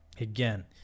Again